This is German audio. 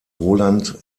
roland